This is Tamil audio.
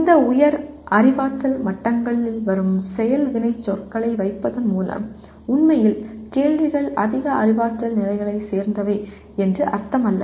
இந்த உயர் அறிவாற்றல் மட்டங்களிலிருந்து வரும் செயல் வினைச்சொற்களை வைப்பதன் மூலம் உண்மையில் கேள்விகள் அதிக அறிவாற்றல் நிலைகளைச் சேர்ந்தவை என்று அர்த்தமல்ல